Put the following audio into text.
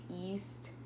east